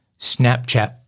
Snapchat